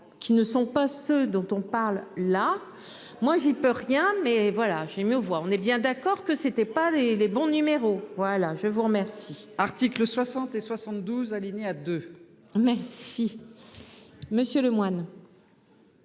qui ne sont pas ceux dont on parle là moi j'y peux rien mais voilà j'ai mis aux voix, on est bien d'accord que c'était pas les, les bons numéros. Voilà je vous remercie. 60 et 72 alinéa 2. Mais si. Monsieur Lemoine.